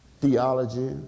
theology